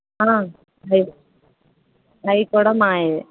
అదే అవి కూడా మావే